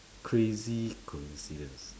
crazy coincidence